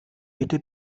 bitte